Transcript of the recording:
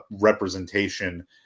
representation